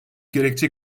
gerekçe